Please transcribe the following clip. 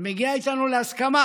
ומגיע איתנו להסכמה